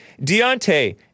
Deontay